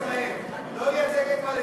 נבחרתם לייצג את ערביי ישראל, לא לייצג את פלסטין.